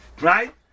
Right